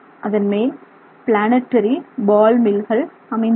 அதன்மேல் planetary ball மில்கள் அமைந்துள்ளன